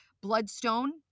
Bloodstone